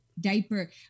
diaper